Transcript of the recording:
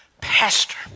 Pastor